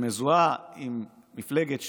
שמזוהה עם מפלגת ש"ס,